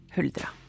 Huldra